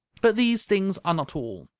but these things are not all.